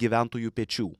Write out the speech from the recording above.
gyventojų pečių